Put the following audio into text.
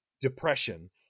depression